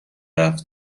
رفت